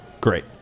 great